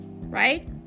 right